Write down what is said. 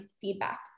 feedback